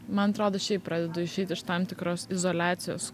man atrodo šiaip pradedu išeiti iš tam tikros izoliacijos